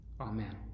Amen